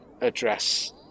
address